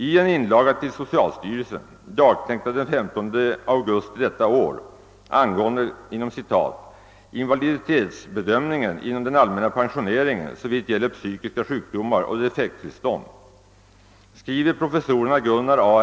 I en inlaga till socialstyrelsen dagtecknad den 15 augusti 1969 angående »invaliditetsbedömningen inom den allmänna pensioneringen såvitt gäller psykiska sjukdomar och defekttillstånd« skriver professorerna Gunnar A.